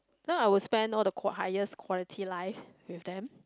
now I would spend all the qua~ highest quality life with them